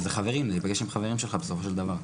וזה להיפגש עם חברים שלך בסופו של דבר.